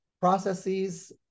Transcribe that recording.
processes